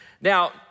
Now